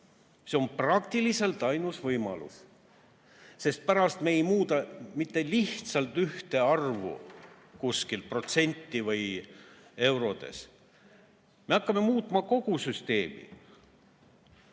See on praktiliselt ainus võimalus. Pärast ei muuda me mitte lihtsalt ühte arvu kuskil, protsentides või eurodes, vaid me hakkame muutma kogu süsteemi.